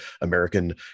American